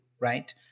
right